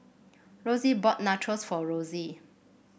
Rosy bought Nachos for Rosy